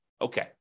okay